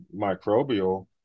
microbial